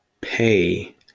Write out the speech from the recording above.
pay